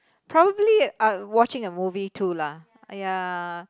probably I watching a movie too lah ya